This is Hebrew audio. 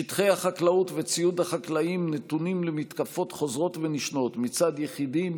שטחי החקלאות וציוד חקלאי נתונים למתקפות חוזרות ונשנות מצד יחידים,